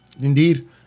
Indeed